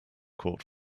caught